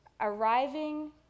arriving